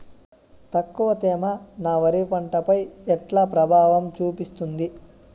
తక్కువ తేమ నా వరి పంట పై ఎట్లా ప్రభావం చూపిస్తుంది?